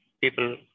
people